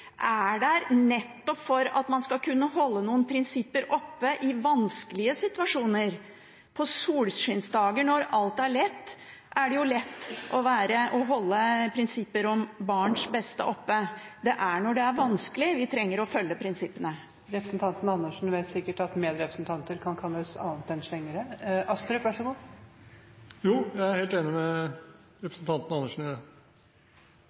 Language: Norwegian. er der nettopp for at man skal kunne holde noen prinsipper oppe i vanskelige situasjoner? På solskinnsdager når alt er lett, er det jo lett å holde prinsipper om barns beste oppe. Det er når det er vanskelig, vi trenger å følge prinsippene. Representanten Andersen vet sikkert at medrepresentanter kan kalles annet enn slengere. Jo, jeg er helt enig med representanten Andersen i det.